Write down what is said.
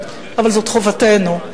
אבל זאת חובתנו,